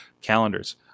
calendars